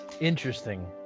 Interesting